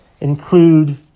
include